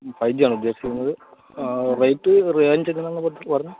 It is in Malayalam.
ഫൈ ജിയാണൊ ഉദ്ധേശിക്കുന്നത് ആ റേറ്റ് റേഞ്ച് എങ്ങനെയാണ് എന്നാണ് പറഞ്ഞത്